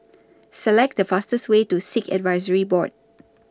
Select The fastest Way to Sikh Advisory Board